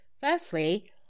Firstly